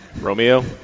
Romeo